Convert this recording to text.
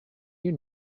you